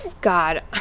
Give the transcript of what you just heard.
God